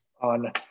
On